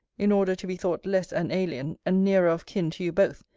in order to be thought less an alien, and nearer of kin to you both,